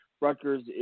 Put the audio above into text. Rutgers